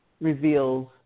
reveals